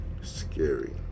scary